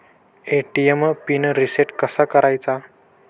ATM PIN reset कसा करायचा?